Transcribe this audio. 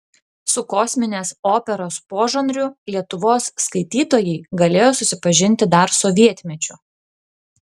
su kosminės operos požanriu lietuvos skaitytojai galėjo susipažinti dar sovietmečiu